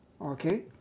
Okay